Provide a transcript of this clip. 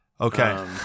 Okay